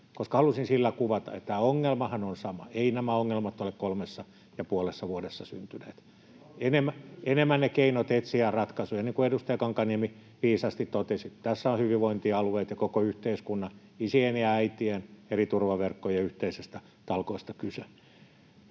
koska halusin sillä kuvata, että tämä ongelmahan on sama. Ei nämä ongelmat ole kolmessa ja puolessa vuodessa syntyneet, enemmän ne keinot etsiä ratkaisuja. Niin kuin edustaja Kankaanniemi viisaasti totesi, tässä on hyvinvointialueiden ja koko yhteiskunnan, isien ja äitien, eri turvaverkkojen yhteisestä talkoosta kyse.